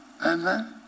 amen